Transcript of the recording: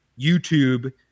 YouTube